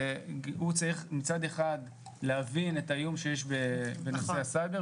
שהוא צריך מצד אחד להבין את האיום שיש בנושא הסייבר,